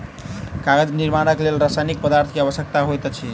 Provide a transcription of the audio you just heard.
कागज निर्माणक लेल रासायनिक पदार्थ के आवश्यकता होइत अछि